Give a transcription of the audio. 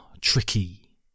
tricky